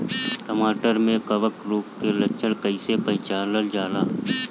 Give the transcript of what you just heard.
टमाटर मे कवक रोग के लक्षण कइसे पहचानल जाला?